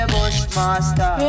Bushmaster